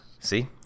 See